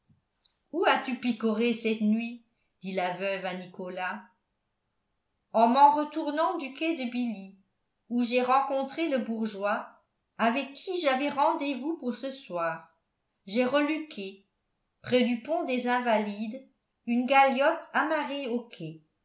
où as-tu picoré cette nuit dit la veuve à nicolas en m'en retournant du quai de billy où j'ai rencontré le bourgeois avec qui j'avais rendez-vous pour ce soir j'ai reluqué près du pont des invalides une galiote amarrée au